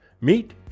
Meet